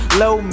low